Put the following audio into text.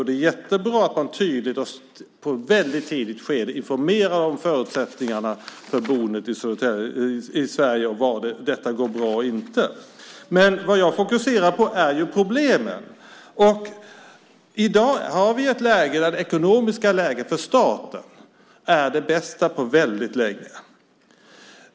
Det är jättebra att man tydligt i ett väldigt tidigt skede informerar om förutsättningarna för boende i Sverige och var detta går bra och inte. Vad jag fokuserar på är problemen. I dag är det ekonomiska läget för staten det bästa på väldigt länge.